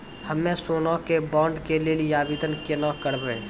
हम्मे सोना के बॉन्ड के लेली आवेदन केना करबै?